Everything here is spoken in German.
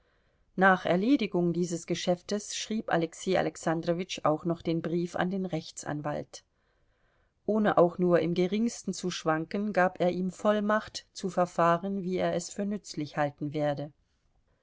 nach erledigung dieses geschäftes schrieb alexei alexandrowitsch auch noch den brief an den rechtsanwalt ohne auch nur im geringsten zu schwanken gab er ihm vollmacht zu verfahren wie er es für nützlich halten werde